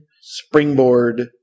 springboard